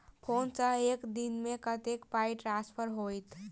Phone सँ एक दिनमे कतेक पाई ट्रान्सफर होइत?